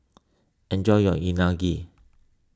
enjoy your Unagi